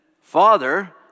Father